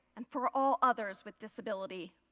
and for all others with disabilities.